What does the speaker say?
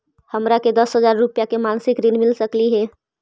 हमरा के दस हजार रुपया के मासिक ऋण मिल सकली हे?